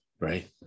right